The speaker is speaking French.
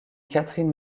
catherine